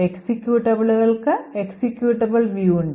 എക്സിക്യൂട്ടബിളുകൾക്ക് executable view ഉണ്ട്